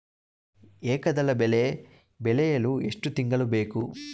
ಏಕದಳ ಬೆಳೆ ಬೆಳೆಯಲು ಎಷ್ಟು ತಿಂಗಳು ಬೇಕು?